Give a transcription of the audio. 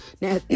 Now